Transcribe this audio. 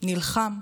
נלחם,